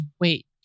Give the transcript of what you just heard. Wait